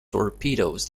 torpedoes